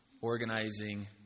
organizing